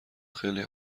خیلی